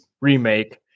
remake